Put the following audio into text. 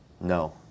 No